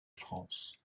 france